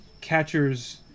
catchers